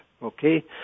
okay